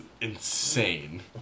insane